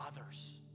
others